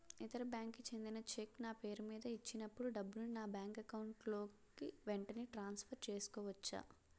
ఇతర బ్యాంక్ కి చెందిన చెక్ నా పేరుమీద ఇచ్చినప్పుడు డబ్బుని నా బ్యాంక్ అకౌంట్ లోక్ వెంటనే ట్రాన్సఫర్ చేసుకోవచ్చా?